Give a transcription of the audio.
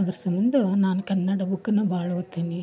ಅದ್ರ ಸಂಬಂಧ ನಾನು ಕನ್ನಡ ಬುಕ್ಕನ್ನ ಭಾಳ ಓದ್ತೀನಿ